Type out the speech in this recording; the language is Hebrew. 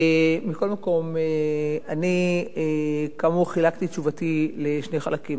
מכל מקום, אני כאמור חילקתי את תשובתי לשני חלקים.